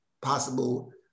possible